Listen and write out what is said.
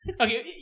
Okay